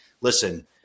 Listen